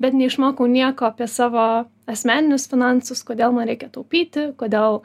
bet neišmokau nieko apie savo asmeninius finansus kodėl man reikia taupyti kodėl